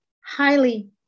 highly